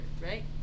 right